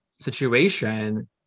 situation